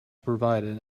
provide